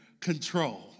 control